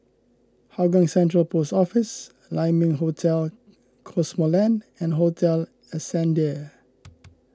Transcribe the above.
Hougang Central Post Office Lai Ming Hotel Cosmoland and Hotel Ascendere